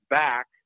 back